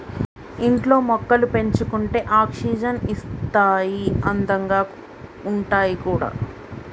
ఇంట్లో మొక్కలు పెంచుకుంటే ఆక్సిజన్ ఇస్తాయి అందంగా ఉంటాయి కూడా